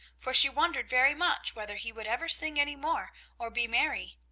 for she wondered very much whether he would ever sing any more or be merry.